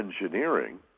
engineering